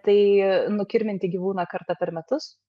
tai nukirminti gyvūną kartą per metus